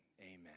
amen